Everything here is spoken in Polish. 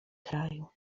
kraju